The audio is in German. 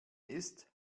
ist